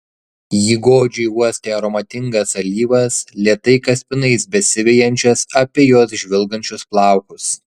ji godžiai uostė aromatingas alyvas lėtai kaspinais besivejančias apie jos žvilgančius plaukus